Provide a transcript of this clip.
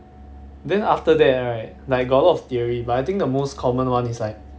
then after that right like got a lot of theory but I think the most common one is like